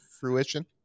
fruition